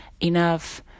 enough